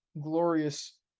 glorious